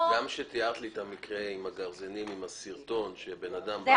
גם כשתיארת לי את המקרה עם הגרזנים והסרטון שבן אדם בא